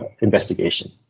investigation